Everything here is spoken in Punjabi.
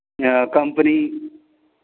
ਕੰਪਨੀ